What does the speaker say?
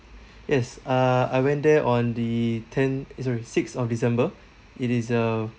yes uh I went there on the tenth eh sorry sixth of december it is a